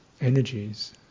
energies